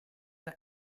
the